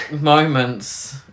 moments